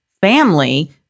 family